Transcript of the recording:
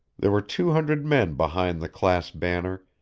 there were two hundred men behind the class banner,